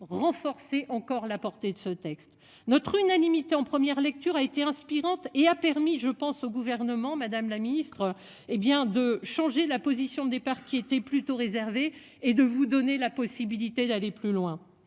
renforcer encore la portée de ce texte notre unanimité en première lecture a été inspirante et a permis, je pense au gouvernement Madame la Ministre hé bien de changer la position des partis était plutôt réservé et de vous donner la possibilité d'aller plus loin.